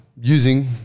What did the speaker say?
using